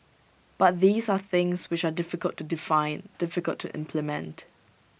but these are things which are difficult to define difficult to implement